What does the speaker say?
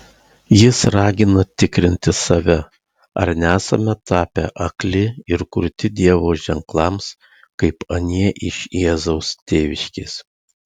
jis ragina tikrinti save ar nesame tapę akli ir kurti dievo ženklams kaip anie iš jėzaus tėviškės